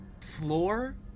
floor